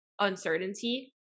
uncertainty